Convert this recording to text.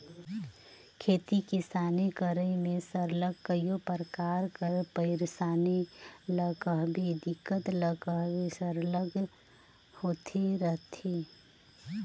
खेती किसानी करई में सरलग कइयो परकार कर पइरसानी ल कहबे दिक्कत ल कहबे सरलग होते रहथे